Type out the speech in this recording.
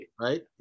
Right